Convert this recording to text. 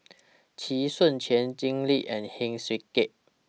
Chee Soon Juan Jim Lim and Heng Swee Keat